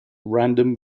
random